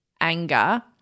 anger